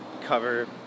cover